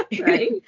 Right